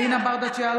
(קוראת בשמות חברות הכנסת) אלינה ברדץ' יאלוב,